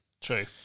True